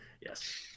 Yes